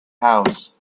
house